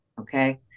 Okay